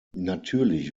natürlich